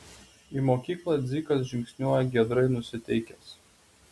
į mokyklą dzikas žingsniuoja giedrai nusiteikęs